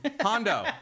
hondo